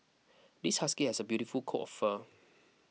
this husky has a beautiful coat of fur